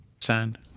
Sand